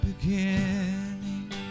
beginning